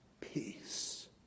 peace